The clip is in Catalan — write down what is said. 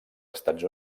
estats